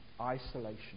isolation